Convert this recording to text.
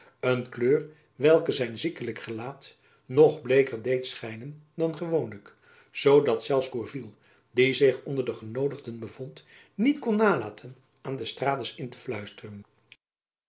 een kleur welke zijn ziekelijk gelaat nog bleeker deed schijnen dan gewoonlijk zoo dat zelfs gourville die zich onder de genoodigden bevond niet kon nalaten aan d'estrades in te fluisteren